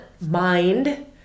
mind